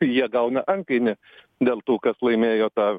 jie gauna antkainį dėl to kas laimėjo tą